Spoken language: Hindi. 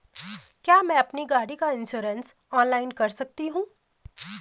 क्या मैं अपनी गाड़ी का इन्श्योरेंस ऑनलाइन कर सकता हूँ?